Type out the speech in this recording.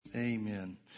Amen